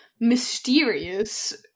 mysterious